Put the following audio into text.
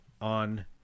on